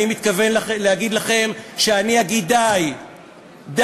אני מתכוון להגיד לכם שאני אגיד: די,